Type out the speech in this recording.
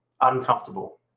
uncomfortable